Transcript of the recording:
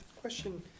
question